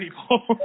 people